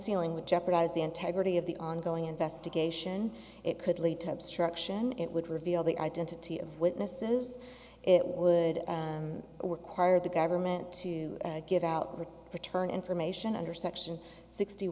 unsealing would jeopardize the integrity of the ongoing investigation it could lead to obstruction it would reveal the identity of witnesses it would require the government to give out or return information under section sixty